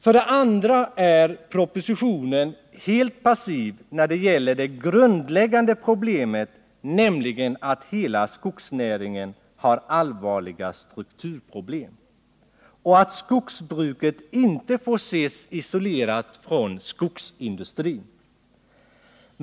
För det andra är propositionen helt passiv när det gäller vad som är grundläggande i sammanhanget, nämligen att hela skogsnäringen har allvarliga strukturproblem och att skogsbruket inte får ses isolerat från skogsindustrin.